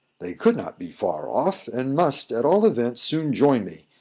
they could not be far off, and must, at all events, soon join me.